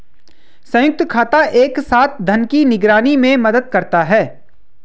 संयुक्त खाता एक साथ धन की निगरानी में मदद करता है